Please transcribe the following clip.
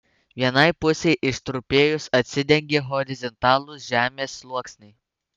vienai pusei ištrupėjus atsidengė horizontalūs žemės sluoksniai